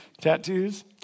tattoos